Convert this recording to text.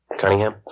Cunningham